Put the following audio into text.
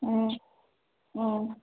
ꯎꯝ ꯎꯝ